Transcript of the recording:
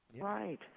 right